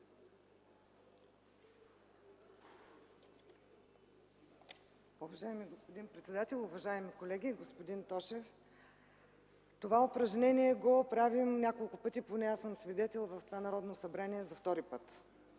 Уважаеми господин председател, уважаеми колеги! Господин Тошев, това упражнение го правим няколко пъти, аз съм свидетел, в това Народно събрание – за втори път.